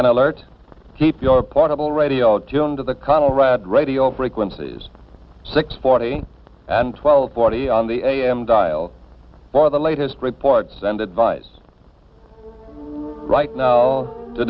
an alert keep your portable radio tuned to the conrad radio frequencies six forty and twelve forty on the am dial for the latest reports and advice right now the